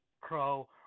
crow